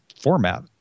format